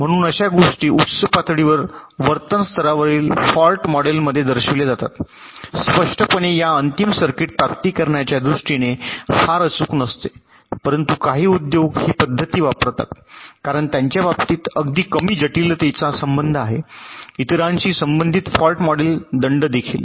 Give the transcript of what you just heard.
म्हणून अशा गोष्टी उच्च पातळीवरील वर्तन स्तरावरील फॉल्ट मॉडेलमध्ये दर्शविल्या जातात स्पष्टपणे या अंतिम सर्किट प्राप्तीकरणाच्या दृष्टीने फारच अचूक नसते परंतु काही उद्योग हे पध्दती वापरतात कारण त्यांच्या बाबतीत अगदी कमी जटिलतेचा संबंध आहे इतरांशी संबंधित फॉल्ट मॉडेल दंड देखील